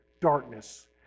darkness